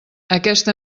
aquesta